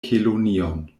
kelonion